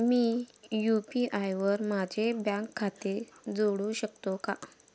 मी UPI वर माझे bank खाते जोडू शकतो का?